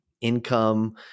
income